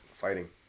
Fighting